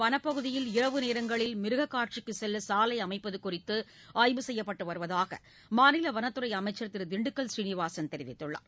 வனப்பகுதியில் இரவு நேரங்களில் மிருக காட்சிக்கு செல்ல சாலை அமைப்பது குறித்து ஆய்வு செய்யப்பட்டு வருவதாக மாநில வனத்துறை திரு திண்டுக்கல் சீனிவாசன் தெரிவித்துள்ளார்